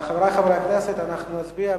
חברי חברי הכנסת, אנחנו נצביע.